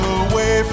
away